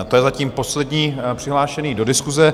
To je zatím poslední přihlášená do diskuse.